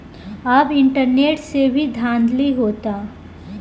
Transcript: अब इंटरनेट से भी धांधली होता